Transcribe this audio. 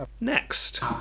Next